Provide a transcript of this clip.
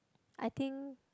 I think